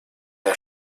der